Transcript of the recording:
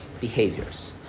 behaviors